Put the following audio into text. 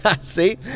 See